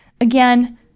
again